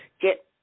get